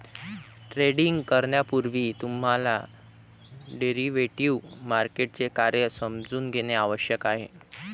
trading करण्यापूर्वी तुम्हाला derivative मार्केटचे कार्य समजून घेणे आवश्यक आहे